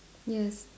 yes